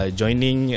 joining